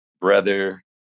brother